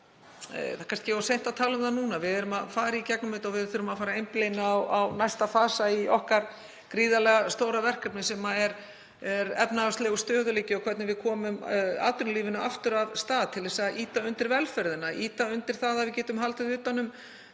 Það er kannski of seint að tala um þetta núna, við erum að fara í gegnum þetta og við þurfum að fara að einblína á næsta fasa í okkar gríðarlega stóra verkefni sem er efnahagslegur stöðugleiki og hvernig við komum atvinnulífinu aftur af stað til að ýta undir velferðina, ýta undir það að við getum haldið utan um